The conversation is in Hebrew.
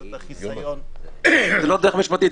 את החיסיון --- זו לא דרך משפטית,